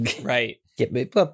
Right